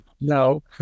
No